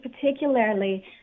particularly